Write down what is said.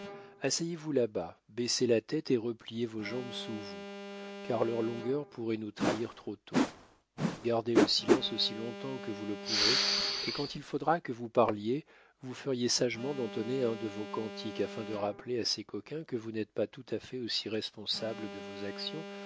asseyez-vous là-bas baissez la tête et repliez vos jambes sous vous car leur longueur pourrait nous trahir trop tôt gardez le silence aussi longtemps que vous le pourrez et quand il faudra que vous parliez vous feriez sagement d'entonner un de vos cantiques afin de rappeler à ces coquins que vous n'êtes pas tout à fait aussi responsable de vos actions